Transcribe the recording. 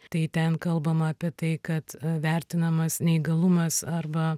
tai ten kalbama apie tai kad vertinamas neįgalumas arba